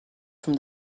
from